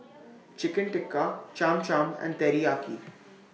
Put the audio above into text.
Chicken Tikka Cham Cham and Teriyaki